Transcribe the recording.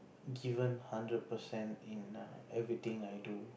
given hundred percent in err everything I do